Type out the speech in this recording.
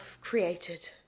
created